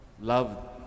love